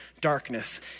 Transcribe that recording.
darkness